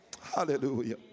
hallelujah